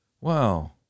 Wow